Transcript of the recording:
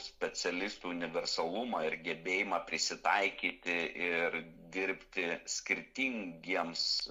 specialistų universalumą ir gebėjimą prisitaikyti ir dirbti skirtingiems